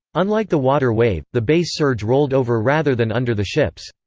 unlike the water wave, the base surge rolled over rather than under the ships.